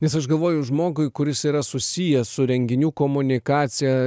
nes aš galvoju žmogui kuris yra susijęs su renginių komunikacija